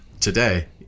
today